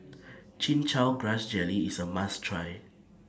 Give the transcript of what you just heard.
Chin Chow Grass Jelly IS A must Try